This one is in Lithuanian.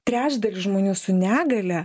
trečdalis žmonių su negalia